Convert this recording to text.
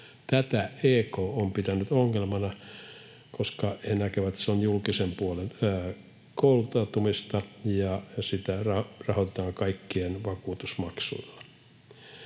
Tätä EK on pitänyt ongelmana, koska he näkevät, että se on julkisen puolen kouluttautumista ja sitä rahoitetaan kaikkien vakuutusmaksuilla.